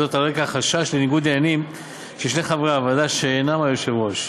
על רקע החשש לניגוד עניינים של שני חברי הוועדה שאינם היושב-ראש.